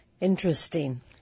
Interesting